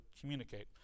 communicate